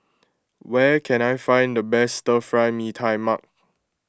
where can I find the best Stir Fry Mee Tai Mak